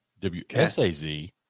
wsaz